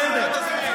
בסדר.